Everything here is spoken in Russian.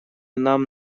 нам